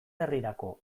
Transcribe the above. herrirako